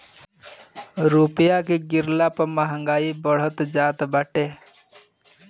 रूपया के गिरला पअ महंगाई बढ़त जात बाटे